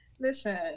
Listen